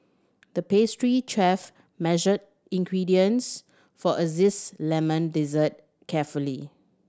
the pastry chef measured ingredients for a lemon dessert carefully